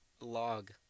log